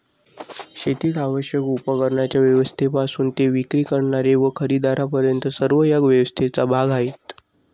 शेतीस आवश्यक उपकरणांच्या व्यवस्थेपासून ते विक्री करणारे व खरेदीदारांपर्यंत सर्व या व्यवस्थेचा भाग आहेत